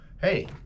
hey